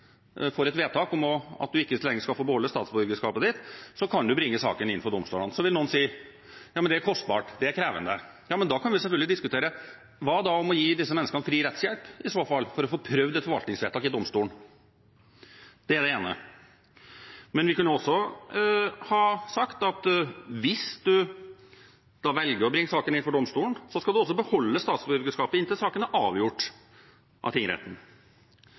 et vedtak om at man ikke lenger får beholde statsborgerskapet sitt, så kan man bringe saken inn for domstolene. Så vil noen si at det er kostbart, det er krevende. Men da kan vi i så fall selvfølgelig diskutere å gi disse menneskene fri rettshjelp for å få prøvd et forvaltningsvedtak i domstolen. Det er det ene. Vi kunne også ha sagt: Hvis man velger å bringe saken inn for domstolen, skal man beholde statsborgerskapet inntil saken er avgjort av tingretten.